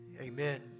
amen